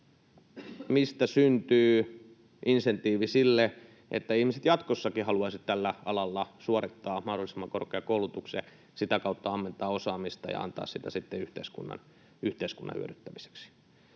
Mistä syntyy insentiivi sille, että ihmiset jatkossakin haluaisivat tällä alalla suorittaa mahdollisimman korkean koulutuksen ja sitä kautta ammentaa osaamista ja antaa sitä sitten yhteiskunnan hyödyttämiseksi?